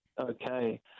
okay